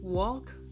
Walk